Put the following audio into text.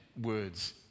words